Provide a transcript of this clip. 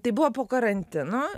tai buvo po karantino